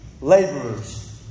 laborers